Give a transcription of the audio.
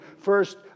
first